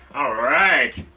alright!